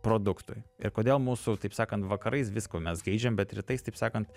produktui ir kodėl mūsų taip sakant vakarais visko mes geidžiam bet rytais taip sakant